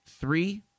three